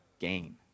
gain